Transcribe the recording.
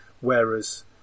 Whereas